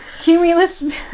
Cumulus